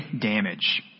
damage